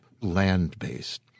land-based